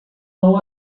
não